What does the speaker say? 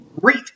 great